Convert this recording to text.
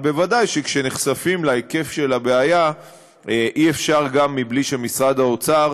אבל בוודאי שכשנחשפים להיקף של הבעיה אי-אפשר בלי שמשרד האוצר